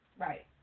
Right